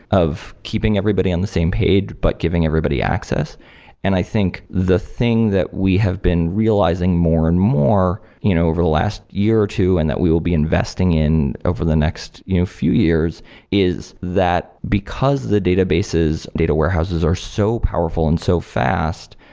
of keeping everybody on the same page, but giving everybody access and i think the thing that we have been realizing more and more you know over the last year or two and that we will be investing in over the next you know few years is that because the databases, data warehouses are so powerful and so fast,